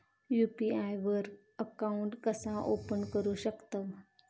UPI वर account कसा open करू शकतव?